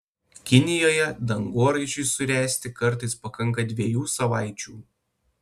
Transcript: kinijoje dangoraižiui suręsti kartais pakanka dviejų savaičių